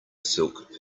silk